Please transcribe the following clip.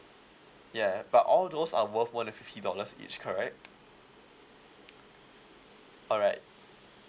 yeah but all those are worth more than fifty dollars each correct alright